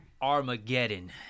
Armageddon